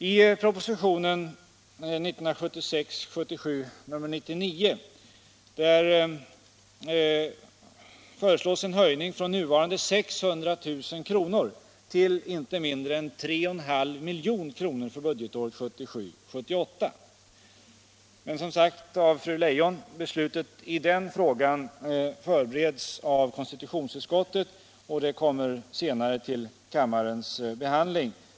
I propositionen 1976 78. Men som fru Leijon nyss sade förbereds den frågan av konstitutionsutskottet, och den kommer senare till kammarens behandling.